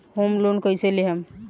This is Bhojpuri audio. होम लोन कैसे लेहम?